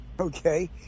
Okay